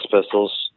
Pistols